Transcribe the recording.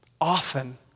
Often